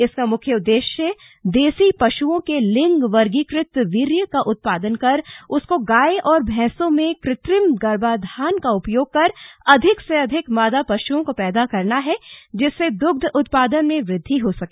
इसका मुख्य उद्देश्य देसी पशुओं के लिंग वर्गीकृत वीर्य का उत्पादन कर उसको गाय और भैंसों में कृत्रिम गर्भाधान का उपयोग कर अधिक से अधिक मादा पशुओं को पैदा करना है जिससे दुग्ध उत्पादन में वृद्धि हो सके